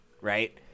right